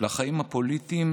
לחיים הפוליטיים,